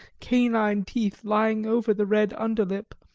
canine teeth lying over the red underlip,